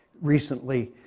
recently,